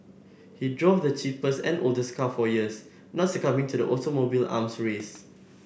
he drove the cheapest and oldest car for years not succumbing to the automobile arms race